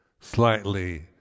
Slightly